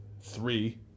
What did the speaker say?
three